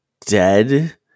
dead